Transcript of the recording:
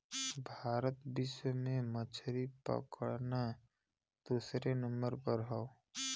भारत विश्व में मछरी पकड़ना दूसरे नंबर पे हौ